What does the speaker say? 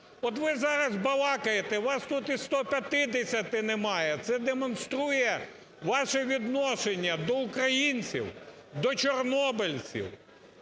От ви зараз балакаєте, вас тут і 150 немає, це демонструє ваше відношення до українців, до чорнобильців.